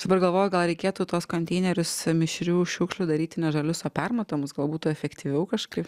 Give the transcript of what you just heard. dabar galvoju gal reikėtų tuos konteinerius mišrių šiukšlių daryti ne žalius o permatomus gal būtų efektyviau kažkaip